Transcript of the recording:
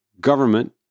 government